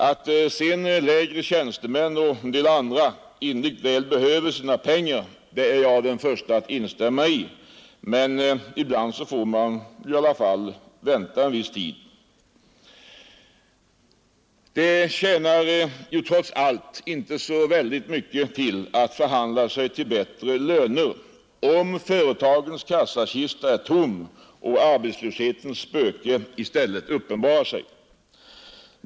Att sedan lägre tjänstemän och andra grupper innerligt väl behöver sina pengar är jag den förste att erkänna. Men ibland får vi alla vänta en viss tid. Det tjänar ju trots allt inte så mycket till att förhandla sig till bättre löner, om företagens kassalåda är tom och arbetslöshetens spöke i stället uppenbarar sig.